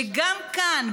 וגם כאן,